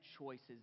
choices